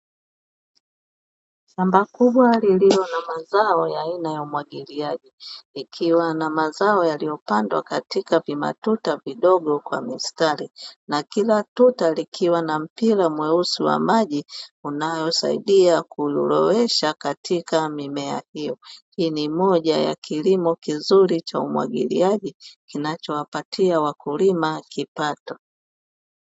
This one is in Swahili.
Shamba kubwa lililo na mazao ya aina ya umwagiliaji, likiwa na mazao yaliyopandwa katika vimatuta vidogo kwa mistari na kila tuta likiwa na mpira mweusi wa maji; unaosaidia kulowesha katika mimea hiyo. Ni moja ya kilimo kizuri cha umwagiliaji kinachowapatia wakulima kipato.